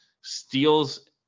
steals